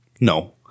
No